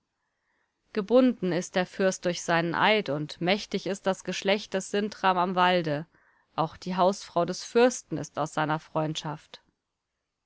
gebunden ist der fürst durch seinen eid und mächtig ist das geschlecht des sintram am walde auch die hausfrau des fürsten ist aus seiner freundschaft